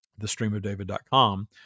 thestreamofdavid.com